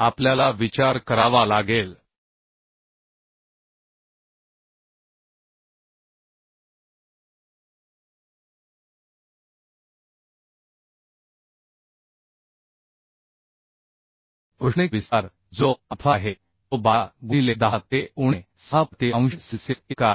modulus विचारात घेतो G G आपण 0769 गुणिले 10 चा घातांक 5 न्यूटन प्रति मिलिमीटर स्क्वेअर आणि उष्णतेशी संबंधित समस्येसाठी सहगुणक मानले तर औष्णिक विस्ताराचा आपल्याला विचार करावा लागेल औष्णिक विस्तार जो अल्फा आहे तो 12 गुणिले 10 ते उणे 6 प्रति अंश सेल्सिअस इतका आहे